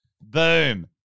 Boom